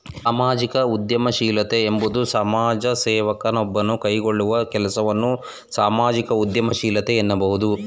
ಸಾಮಾಜಿಕ ಉದ್ಯಮಶೀಲತೆ ಎಂಬುವುದು ಸಮಾಜ ಸೇವಕ ನೊಬ್ಬನು ಕೈಗೊಳ್ಳುವ ಕೆಲಸವನ್ನ ಸಾಮಾಜಿಕ ಉದ್ಯಮಶೀಲತೆ ಎನ್ನುವರು